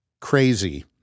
Crazy